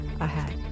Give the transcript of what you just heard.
ahead